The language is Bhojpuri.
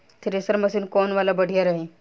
थ्रेशर मशीन कौन वाला बढ़िया रही?